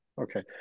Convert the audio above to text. Okay